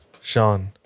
Sean